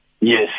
yes